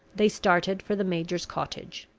they started for the major's cottage.